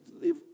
leave